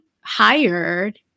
hired